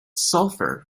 sulfur